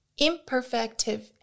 imperfective